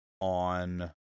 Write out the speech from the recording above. on